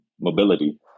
mobility